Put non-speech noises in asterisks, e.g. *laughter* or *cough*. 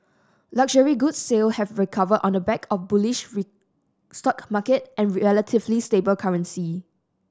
luxury good sale have recovered on the back of bullish *unintelligible* stock market and relatively stable currency